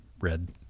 red